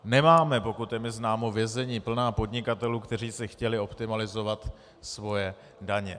Nemáme, pokud je mi známo, vězení plná podnikatelů, kteří si chtěli optimalizovat svoje daně.